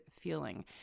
feeling